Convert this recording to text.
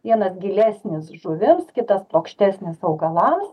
vienas gilesnis žuvims kitas plokštesnis augalams